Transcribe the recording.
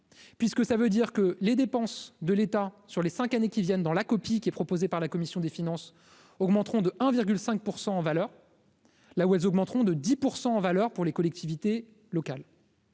puisque ça veut dire que les dépenses de l'État sur les 5 années qui viennent dans la copie qui est proposé par la commission des finances augmenteront de 1 virgule 5 % en valeur, là où elles augmenteront de 10 % en valeur pour les collectivités locales.